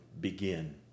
begin